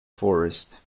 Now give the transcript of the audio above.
forest